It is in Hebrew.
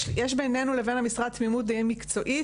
יש בינינו לבין המשרד תמימות דעים מקצועית,